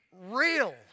real